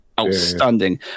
outstanding